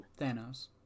thanos